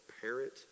parent